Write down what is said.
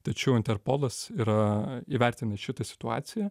tačiau interpolas yra įvertinę šitą situaciją